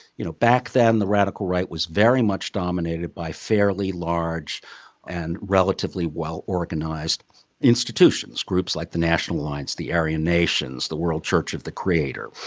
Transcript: you know, back then, the radical right was very much dominated by fairly large and relatively well-organized institutions groups like the national alliance, the aryan nations, the world church of the creator.